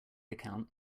account